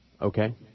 Okay